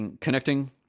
connecting